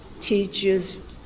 teachers